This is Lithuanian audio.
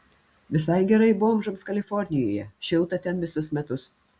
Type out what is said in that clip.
visai gerai bomžams kalifornijoje šilta ten visus metus